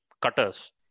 cutters